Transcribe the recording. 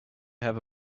have